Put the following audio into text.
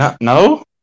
no